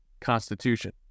constitution